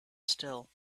still